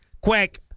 quick